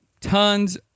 tons